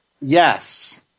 Yes